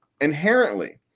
inherently